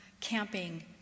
camping